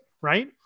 right